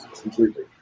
completely